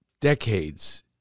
decades